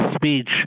speech